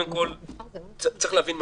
צריך להבין,